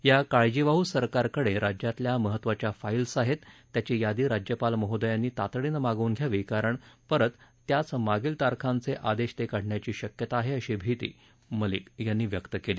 या काळजीवाह सरकारकडे राज्यातल्या महत्त्वाच्या फाईल्स आहेत त्याची यादी राज्यपाल महोदयांनी तातडीनं मागवून घ्यावी कारण परत त्याच मागील तारखांचे आदेश ते काढण्याची शक्यता आहे अशी भिती मलिक यांनी व्यक्त केली